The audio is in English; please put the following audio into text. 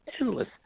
endless